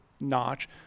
notch